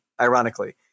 ironically